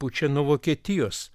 pučia nuo vokietijos